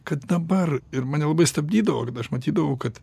kad dabar ir mane labai stabdydavo ir tyada aš matydavau kad